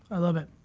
i love it.